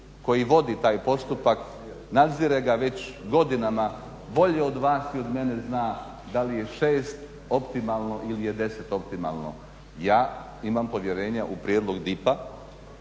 koji vodi taj postupak, nadzire ga već godinama, bolje od vas ili mene zna da li je 6 optimalno ili je 10 optimalno. Ja imam povjerenja u prijedlog DIP-a,